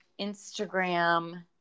instagram